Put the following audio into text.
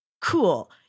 Cool